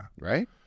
right